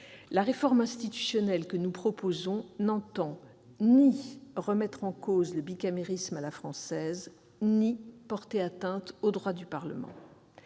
la réforme institutionnelle que nous proposons n'entend ni remettre en cause le bicamérisme à la française ni porter atteinte aux droits du Parlement.